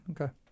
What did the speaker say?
okay